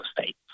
State